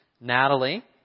Natalie